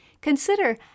Consider